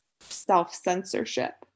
self-censorship